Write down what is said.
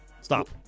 Stop